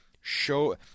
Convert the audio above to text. show